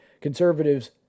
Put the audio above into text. conservatives